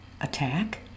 Attack